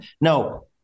No